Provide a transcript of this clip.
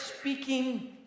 speaking